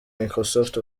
microsoft